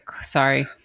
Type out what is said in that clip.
sorry